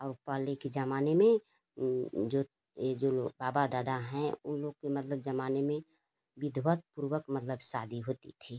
और पहले के ज़माने में जो ये जो बाबा दादा हैं ऊ लोग के मतलब जमाने में विधवतपूर्वक मतलब शादी होती थी